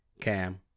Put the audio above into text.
Cam